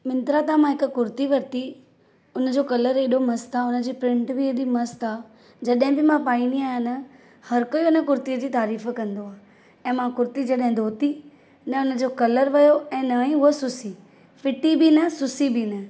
मिंत्रा तां मां हिकु कुरती वरिती उनजो कलर हेॾो मस्त आहे हुनजी प्रिंट बि हेॾी मस्त आहे जॾहिं बि मां पाईंदी आहियां न हर कोई हुन कुरतीअ जी तारीफ़ कंदो आहे ऐं मां कुरती जॾहिं धोती न हुन जो कलर वियो ऐं ना ई उहो सुसी फिटी बि न सुसी बि न